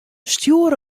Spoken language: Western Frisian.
stjoer